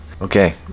Okay